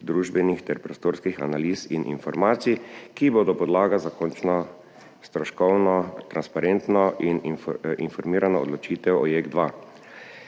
družbenih ter prostorskih analiz in informacij, ki bodo podlaga za končno, stroškovno, transparentno in informirano odločitev o JEK2.